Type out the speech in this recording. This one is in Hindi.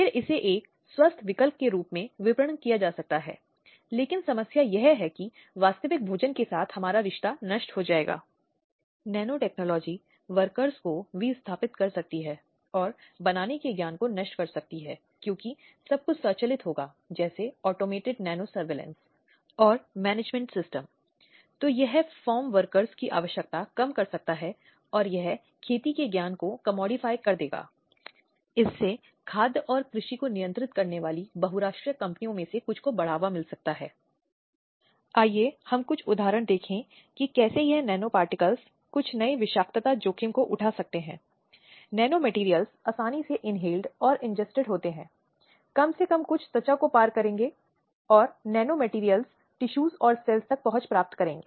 वे इस तरह के अध्ययन कर सकते हैं वे वकालत और जागरूकता कार्यक्रम भी करते हैं और इसलिए समाज में महिलाओं के अधिकारों को बनाए रखने में उनकी बहुत महत्वपूर्ण भूमिका है या इन वर्षों में लगभग दो दशकों में इस संबंध में गंभीर प्रगति हुई है और समय समय पर इसने विभिन्न सरकारी एजेंसियों गैर सरकारी संगठनों के साथ कानूनों की समीक्षा करने के लिए अलग अलग परामर्श आयोजित किए हैं कानूनों को लागू करने और कानूनों को संशोधित करने के लिए साथ ही हिंसा की विभिन्न स्थितियों में हस्तक्षेप करने के लिए